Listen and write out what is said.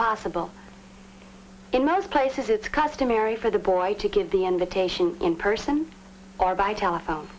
possible in most places it's customary for the boy to give the invitation in person or by telephone